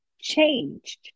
changed